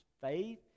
faith